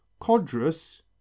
Codrus